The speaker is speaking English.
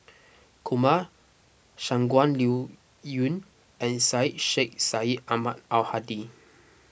Kumar Shangguan Liuyun and Syed Sheikh Syed Ahmad Al Hadi